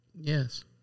yes